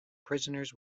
prisoners